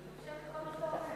אני רושמת כל מה שאתה אומר.